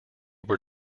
were